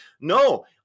No